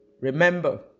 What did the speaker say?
Remember